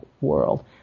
world